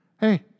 hey